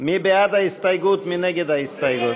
מנואל טרכטנברג,